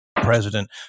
president